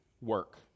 work